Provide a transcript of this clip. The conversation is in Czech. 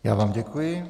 Já vám děkuji.